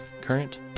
Current